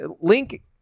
Link